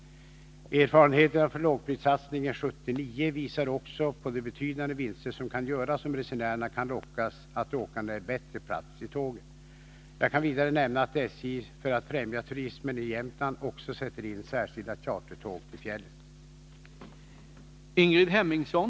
Erfarenheterna från lågprissatsningen 1979 visar också på de betydande vinster som kan göras om resenärerna kan lockas att åka när det är bättre plats i tågen. Jag kan vidare nämna att SJ för att främja turismen i Jämtland också sätter in särskilda chartertåg till fjällen.